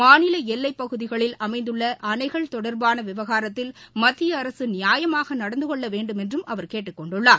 மாநில எல்லைப் பகுதிகளில் அமைந்துள்ள அணைகள் தொடர்பான விவகாரத்தில் மத்திய அரசு நியாயமாக நடந்து கொள்ள வேண்டுமென்றும் அவர் கேட்டுக் கொண்டுள்ளார்